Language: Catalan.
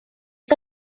que